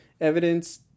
evidence